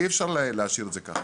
אי אפשר להשאיר את זה ככה.